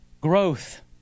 growth